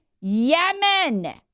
Yemen